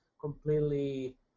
completely